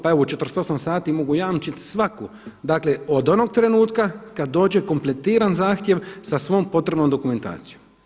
Pa evo u 48 sati mogu jamčiti svaku, dakle od onog trenutka kad dođe kompletiran zahtjev sa svom potrebnom dokumentacijom.